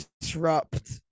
disrupt